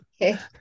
okay